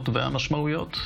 חברות וחברי הכנסת,